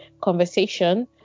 conversation